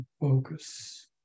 focus